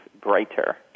brighter